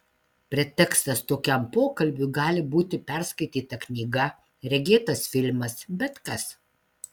pretekstas tokiam pokalbiui gali būti perskaityta knyga regėtas filmas bet kas